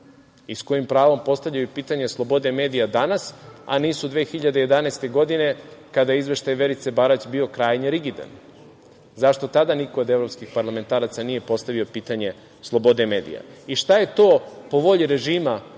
i s kojim pravom postavljaju pitanje slobode medija danas, a nisu 2011. godine, kada je izveštaj Verice Barać bio krajnje rigidan? Zašto tada niko od evropskih parlamentaraca nije postavio pitanje slobode medija? I šta je to po volji režima, ako